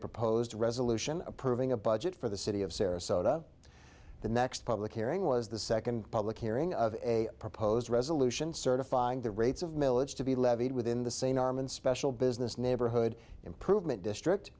proposed resolution approving a budget for the city of sarasota the next public hearing was the second public hearing of a proposed resolution certifying the rates of milledge to be levied within the same arm and special business neighborhood improvement district